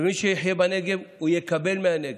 ומי שיחיה בנגב, הוא יקבל מהנגב.